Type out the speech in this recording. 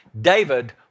David